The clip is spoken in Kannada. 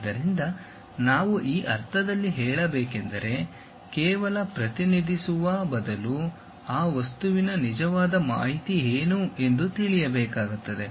ಆದ್ದರಿಂದ ನಾವು ಈ ಅರ್ಥದಲ್ಲಿ ಹೇಳಬೇಕೆಂದರೆ ಕೇವಲ ಪ್ರತಿನಿಧಿಸುವ ಬದಲು ಆ ವಸ್ತುವಿನ ನಿಜವಾದ ಮಾಹಿತಿ ಏನು ಎಂದು ತಿಳಿಯಬೇಕಾಗುತ್ತದೆ